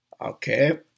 Okay